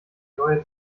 neue